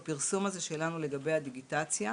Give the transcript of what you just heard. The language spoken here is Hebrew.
בפרסום שלנו לגבי הדיגיטציה,